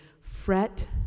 Fret